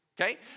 okay